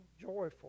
joyful